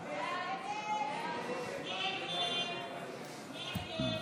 הסתייגות 417 לא נתקבלה.